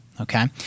Okay